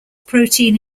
protein